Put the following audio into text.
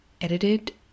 edited